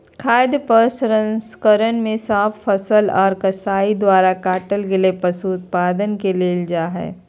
खाद्य प्रसंस्करण मे साफ फसल आर कसाई द्वारा काटल गेल पशु उत्पाद के लेल जा हई